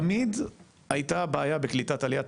תמיד הייתה בעיה בקליטת עלייה.